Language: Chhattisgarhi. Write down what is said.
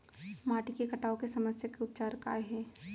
माटी के कटाव के समस्या के उपचार काय हे?